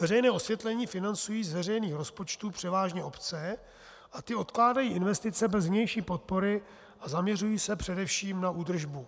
Veřejné osvětlení financují z veřejných rozpočtů převážně obce a ty odkládají investice bez vnější podpory a zaměřují se především na údržbu.